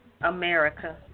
America